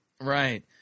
right